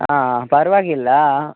ಹಾಂ ಪರವಾಗಿಲ್ಲ